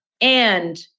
and-